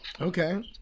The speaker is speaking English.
Okay